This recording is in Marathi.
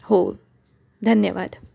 हो धन्यवाद